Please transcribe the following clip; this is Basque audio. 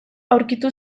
aurkitu